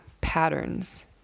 patterns